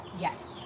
yes